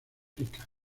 ricas